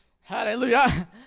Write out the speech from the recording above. Hallelujah